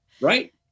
right